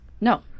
No